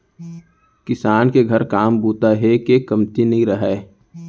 किसान के घर काम बूता हे के कमती नइ रहय